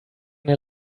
eine